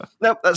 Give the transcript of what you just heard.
nope